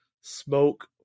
Smoke